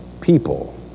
people